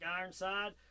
Ironside